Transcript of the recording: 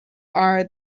are